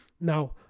now